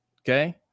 okay